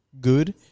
good